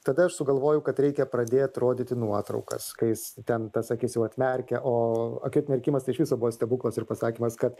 tada aš sugalvojau kad reikia pradėt rodyti nuotraukas kai jis ten tas akis jau atmerkia o akių atmerkimas iš viso buvo stebuklas ir pasakymas kad